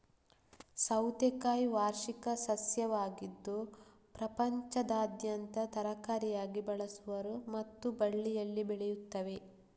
ಸೌತೆಕಾಯಿ ವಾರ್ಷಿಕ ಸಸ್ಯವಾಗಿದ್ದು ಪ್ರಪಂಚದಾದ್ಯಂತ ತರಕಾರಿಯಾಗಿ ಬಳಸುವರು ಮತ್ತು ಬಳ್ಳಿಯಲ್ಲಿ ಬೆಳೆಯುತ್ತವೆ